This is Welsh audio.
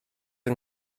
yng